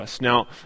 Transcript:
Now